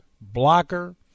blocker